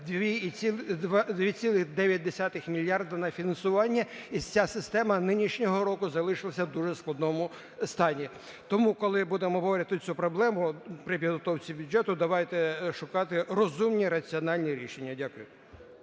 2,9 мільярди на фінансування, і ця система нинішнього року залишилася в дуже складному стані. Тому, коли будемо обговорювати цю проблему при підготовці бюджету, давайте шукати розумні раціональні рішення. Дякую.